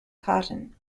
cotton